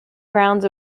grounds